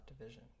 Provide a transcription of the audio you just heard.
division